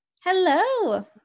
Hello